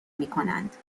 میکنند